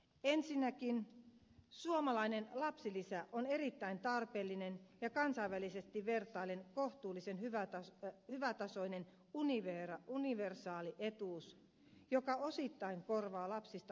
ensinnäkin suomalainen lapsilisä on erittäin tarpeellinen ja kansainvälisesti vertaillen kohtuullisen hyvätasoinen universaali etuus joka osittain korvaa lapsista aiheutuvia kustannuksia